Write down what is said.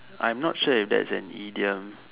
I'm not sure if that's an idiom